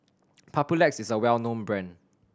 Papulex is a well known brand